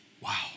Wow